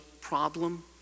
problem